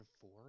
four